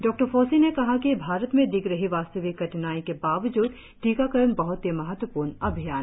doctor Fauci ने कहा कि भारत में दिख रही वास्तविक कठिनाई के बावजूद टीकाकरण बह्त ही महत्वपूर्ण अभियान है